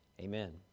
Amen